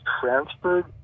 transferred